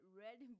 red